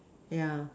yeah